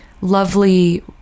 lovely